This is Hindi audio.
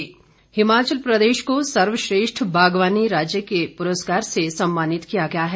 पुरस्कार हिमाचल प्रदेश को सर्वश्रेष्ठ बागवानी राज्य के पुरस्कार से सम्मानित किया गया है